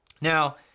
Now